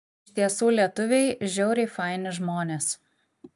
iš tiesų lietuviai žiauriai faini žmonės